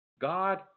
God